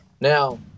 Now